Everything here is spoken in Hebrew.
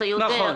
אתה יודע,